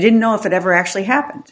didn't know if it ever actually happened